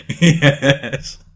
Yes